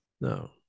No